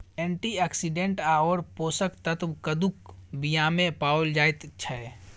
antioxidant आओर पोषक तत्व कद्दूक बीयामे पाओल जाइत छै